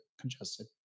congested